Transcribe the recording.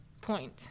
point